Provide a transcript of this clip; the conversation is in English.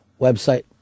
website